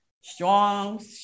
strong